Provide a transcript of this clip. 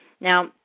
Now